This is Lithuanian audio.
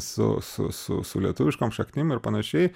su su su su lietuviškom šaknim ir panašiai